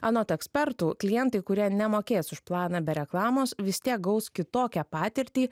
anot ekspertų klientai kurie nemokės už planą be reklamos vis tiek gaus kitokią patirtį